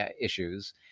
issues